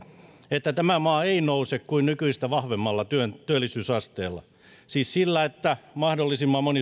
että tämä maa ei nouse kuin nykyistä vahvemmalla työllisyysasteella siis sillä että mahdollisimman